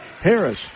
Harris